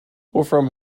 wolfram